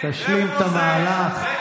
תשלים את המהלך.